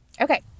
Okay